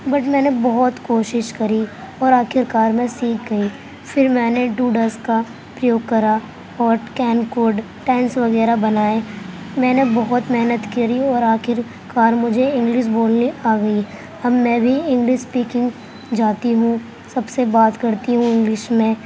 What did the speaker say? but میں نے بہت کوشش کری اور آخرکار میں سیکھ گئی پھر میں نے ڈوڈس کا پریوگ کرا ہاٹ کین کوڈ ٹائنس وغیرہ بنائے میں نے بہت محنت کری اور آخرکار مجھے انگلس بولنی آ گئی اب میں بھی انگلس اسپیکنگ جاتی ہوں سب سے بات کرتی ہوں انگلش میں